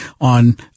on